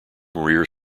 rear